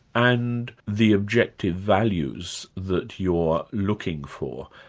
and the objected values that you're looking for?